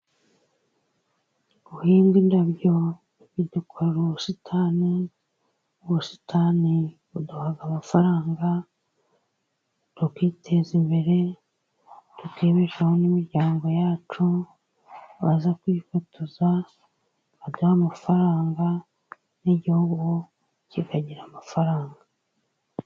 Guhinga indabyo bidukorera ubusitani. Ubusitani buduha amafaranga tukiteza imbere, tukibeshaho n'imiryango yacu, baza kwifotoza baduhe amafaranga n'igihugu kikagira amafaranga.